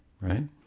right